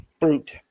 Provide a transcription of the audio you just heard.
fruit